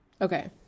okay